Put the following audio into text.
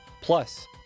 plus